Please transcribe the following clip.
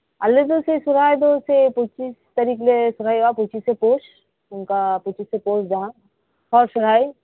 ᱟᱞᱮᱫᱚ ᱥᱮ ᱥᱚᱨᱦᱟᱭᱫᱚ ᱥᱮᱭ ᱯᱩᱪᱤᱥ ᱛᱟᱹᱨᱤᱠᱷᱞᱮ ᱥᱚᱦᱨᱟᱭᱚᱜ ᱟ ᱥᱮᱭ ᱯᱩᱪᱤᱥᱮ ᱯᱳᱥ ᱚᱱᱠᱟ ᱯᱩᱪᱤᱥᱮ ᱯᱳᱥ ᱡᱟᱦᱟᱸ ᱦᱚᱲ ᱥᱚᱦᱨᱟᱭ